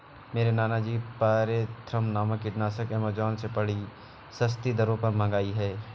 मेरे नाना जी ने पायरेथ्रम नामक कीटनाशक एमेजॉन से बड़ी सस्ती दरों पर मंगाई है